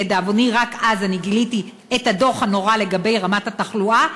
לדאבוני רק אז גיליתי את הדוח הנורא לגבי רמת התחלואה,